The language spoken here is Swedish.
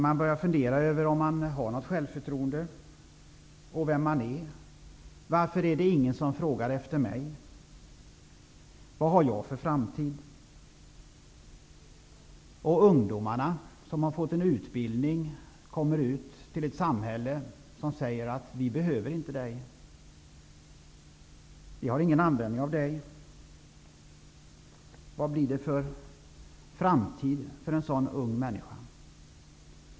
Han börjar fundera över om han har något självförtroende, vem han är, varför ingen frågar efter honom och vad han har för framtid. Ungdomar som har fått en utbildning kommer ut till ett samhälle där man säger att de inte behövs, att det inte finns någon användning för dem. Vad har en sådan ung människa för framtid?